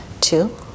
Two